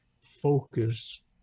Focus